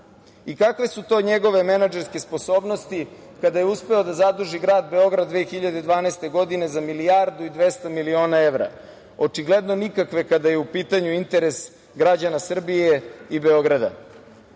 Kakve su ti njegove menadžerske sposobnosti kada je uspeo da zaduži grad Beograd 2012. godine za milijardu i 200 miliona evra? Očigledno nikakve kada je u pitanju interes građana Srbije i Beograda.